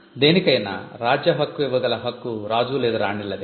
దేనికైనా రాజ్య హక్కు ఇవ్వగల హక్కు రాజు లేదా రాణిలదే